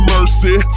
Mercy